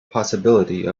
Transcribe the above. possibility